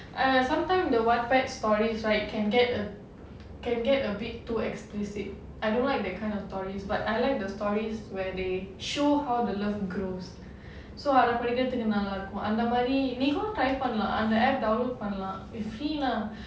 ah sometime the Wattpad stories right can get a can get a bit too explicit I don't like that kind of stories but I like the stories where they show how the love grows so அது படிக்கிறதுக்கு நல்லா இருக்கும் அந்த மாதிரி நீயும்:adhu padikirathuku nallaa irukum andha maathiri neeyum try பண்ணலாம் அந்த:pannalaam andha app download பண்ணலாம்